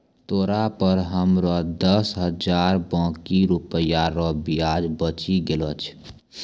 तोरा पर हमरो दस हजार बाकी रुपिया रो ब्याज बचि गेलो छय